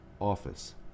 office